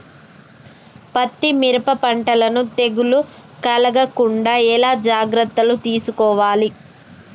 పత్తి మిరప పంటలను తెగులు కలగకుండా ఎలా జాగ్రత్తలు తీసుకోవాలి?